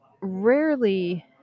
rarely